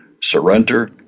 surrender